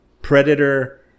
predator